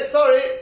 sorry